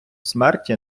смерті